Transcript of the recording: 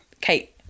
Kate